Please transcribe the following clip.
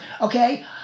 okay